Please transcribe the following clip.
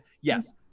Yes